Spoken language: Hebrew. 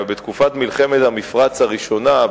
אבל בתקופת מלחמת המפרץ הראשונה,